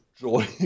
joy